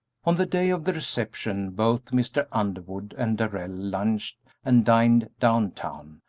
on the day of the reception both mr. underwood and darrell lunched and dined down town,